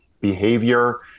behavior